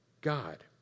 God